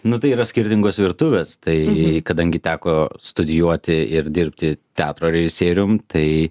nu tai yra skirtingos virtuvės tai kadangi teko studijuoti ir dirbti teatro režisierium tai